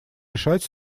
решать